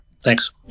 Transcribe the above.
Thanks